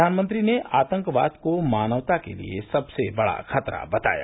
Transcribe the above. प्रधानमंत्री ने आतंकवाद को मानवता के लिए सबसे बड़ा खतरा बताया